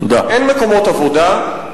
אין מקומות עבודה,